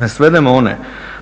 ne svedemo one